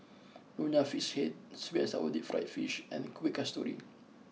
Nonya Fish Head Sweet and Sour Deep Fried Fish and Kueh Kasturi